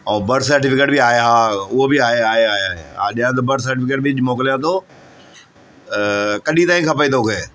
ऐं birth certificate बि आहे हा उहो बि आहे आहे आहे हा ॾिया थो बर्थ सर्टिफ़िकेट बि मोकलियां थो कॾहिं ताईं खपे तोखे